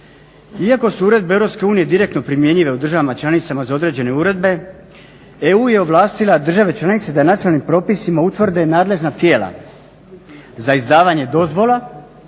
Iako su uredbe EU direktno primjenjive u državama članicama za određene uredbe EU je ovlastila države članice da nacionalnim propisima utvrde nadležna tijela za izdavanje dozvola